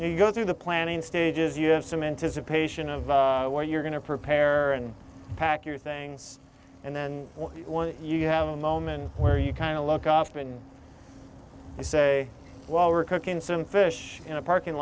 you go through the planning stages you have some anticipation of where you're going to prepare and pack your things and then when you have a moment where you kind of look often you say well we're cooking soon fish in a parking